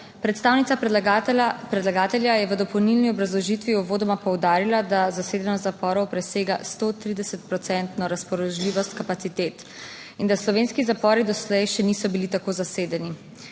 Predstavnica predlagatelja je v dopolnilni obrazložitvi uvodoma poudarila, da zasedenost zaporov presega 130 procentno razpoložljivost kapacitet in da slovenski zapori doslej še niso bili tako zasedeni.